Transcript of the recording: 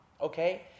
Okay